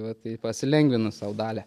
va tai pasilengvinu sau dalią